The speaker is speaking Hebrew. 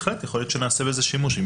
בהחלט יכול להיות שנעשה בזה שימוש אם